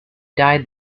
died